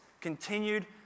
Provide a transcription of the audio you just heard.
continued